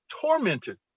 tormented